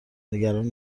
نگران